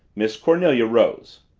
miss cornelia rose.